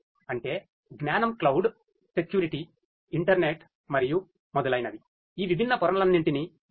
అంటే జ్ఞానం cloud security internet మరియు మొదలైనవి ఈ విభిన్న పొరలన్నింటినీ ఉపయోగిస్తాయి